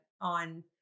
on